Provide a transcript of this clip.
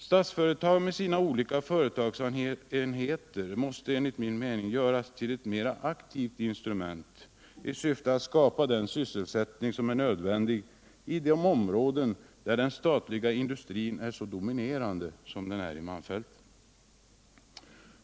Statsföretag med sina olika företagsenheter måste enligt min mening göras om till ett aktivt instrument, i syfte att skapa den sysselsättning som är nödvändig i de områden där den statliga industrin är så dominerande som den är i malmfälten.